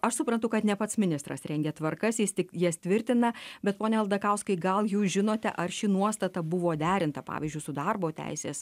aš suprantu kad ne pats ministras rengia tvarkas jis tik jas tvirtina bet pone aldakauskai gal jūs žinote ar ši nuostata buvo derinta pavyzdžiui su darbo teisės